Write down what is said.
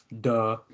Duh